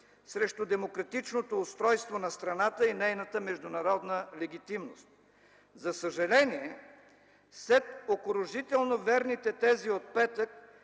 срещу демократичното устройство на страната и нейната международна легитимност. За съжаление, след окуражително верните тези от петък